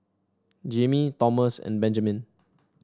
Jammie Thomas and Benjamen